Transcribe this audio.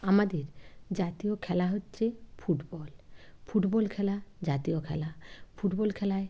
আমাদের জাতীয় খেলা হচ্ছে ফুটবল ফুটবল খেলা জাতীয় খেলা ফুটবল খেলায়